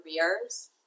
careers